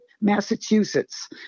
Massachusetts